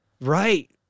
Right